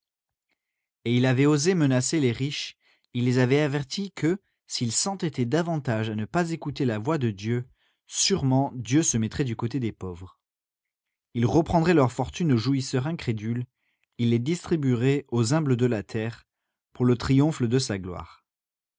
et il avait osé menacer les riches il les avait avertis que s'ils s'entêtaient davantage à ne pas écouter la voix de dieu sûrement dieu se mettrait du côté des pauvres il reprendrait leurs fortunes aux jouisseurs incrédules il les distribuerait aux humbles de la terre pour le triomphe de sa gloire